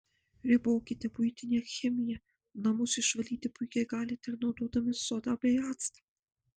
ribokite buitinę chemiją namus išvalyti puikiai galite ir naudodami sodą bei actą